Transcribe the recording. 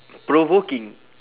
provoking